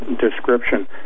description